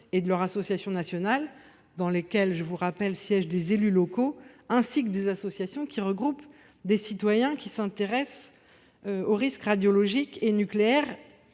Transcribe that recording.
et de leur association nationale, dans lesquelles siègent des élus locaux, ainsi que des associations qui regroupent des citoyens qui s’intéressent aux risques radiologiques et nucléaires.